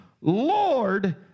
Lord